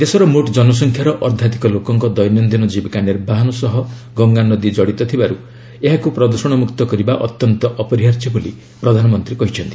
ଦେଶର ମୋଟ୍ ଜନସଂଖ୍ୟାର ଅର୍ଦ୍ଧାଧିକ ଲୋକଙ୍କ ଦୈନନ୍ଦିନ ଜୀବିକା ନିର୍ବାହନ ସହ ଗଙ୍ଗାନଦୀ କଡ଼ିତ ଥିବାରୁ ଏହାକୁ ପ୍ରଦୂଷଣମୁକ୍ତ କରିବା ଅତ୍ୟନ୍ତ ଅପରିହାର୍ଯ୍ୟ ବୋଲି ପ୍ରଧାନମନ୍ତ୍ରୀ କହିଛନ୍ତି